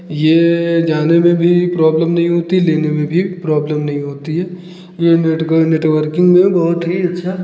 यह जाने में भी प्रॉब्लम नहीं होती है लेने में भी प्रॉब्लम नहीं होती है यह नेटग नेटवर्किंग में बहुत ही अच्छा